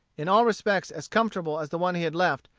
in all respects as comfortable as the one he had left,